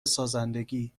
سازندگی